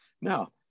Now